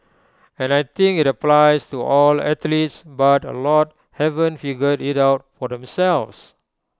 and I think IT applies to all athletes but A lot haven't figured IT out for themselves